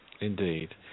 Indeed